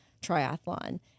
triathlon